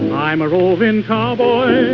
i'm a roving cowboy,